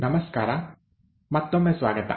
ನಮಸ್ಕಾರ ಮತ್ತೊಮ್ಮೆ ಸ್ವಾಗತ